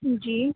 جی